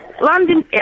London